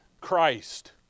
Christ